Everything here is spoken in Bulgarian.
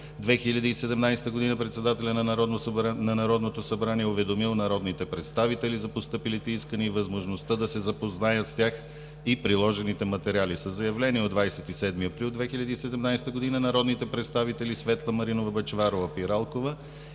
2017 г. Председателят на Народното събрание е уведомил народните представители за постъпилите искания и възможността да се запознаят с тях и приложените материали. Със заявление от 27 април 2017 г. народните представители Светла Маринова Бъчварова-Пиралкова